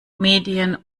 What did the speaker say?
medien